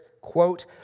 Quote